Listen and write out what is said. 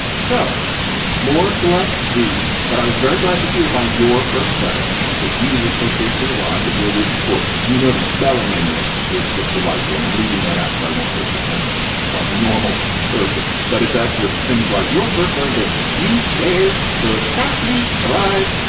so lord bless the but i was very glad to hear by your first letter that you were so safely arrived at your wished port you know the spelling in this is just delightful and i'm leaving that out. so i want her to sound like a normal person but it's actually things like your first love that you wear so softly arrived.